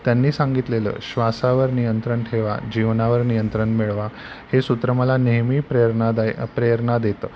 त्यांनी सांगितलेलं श्वासावर नियंत्रण ठेवा जीवनावर नियंत्रण मिळवा हे सूत्र मला नेहमी प्रेरणादायी प्रेरणा देतं